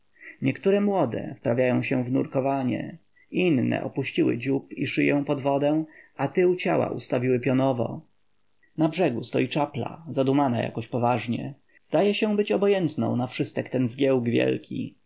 niektóre młode wprawiają się w nurkowanie inne opuściły dziób i szyję pod wodę a tył ciała ustawiły pionowo na brzegu stoi czapla zadumana jakoś poważnie zdaje się być obojętną na wszystek ten zgiełk wielki